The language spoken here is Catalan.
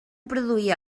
produïa